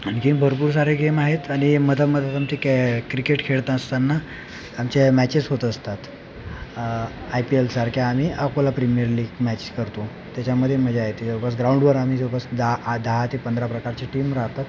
आणखीन भरपूर सारे गेम आहेत आणि मधामधात आमची कॅ क्रिकेट खेळत असताना आमच्या मॅचेस होत असतात आय पी एल सारख्या आम्ही अकोला प्रीमियर लीग मॅच करतो त्याच्यामध्ये मजा येते जवळपास ग्राउंडवर आम्ही जवळपास दहा दहा ते पंधरा प्रकारची टीम राहतात